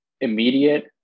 immediate